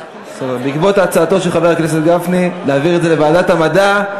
בעקבות הצעתו של חבר הכנסת גפני להעביר את זה לוועדת המדע,